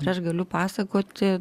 aš galiu pasakoti